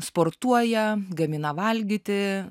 sportuoja gamina valgyti